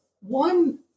One